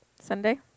Sunday